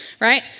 Right